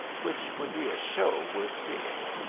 which would be a show worth seeing.